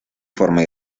forma